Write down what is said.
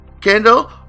Kendall